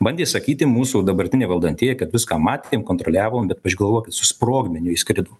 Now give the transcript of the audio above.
bandė sakyti mūsų dabartiniai valdantieji kad viską matėm kontroliavom bet paž galvokit su sprogmeniu įskrido